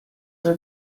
were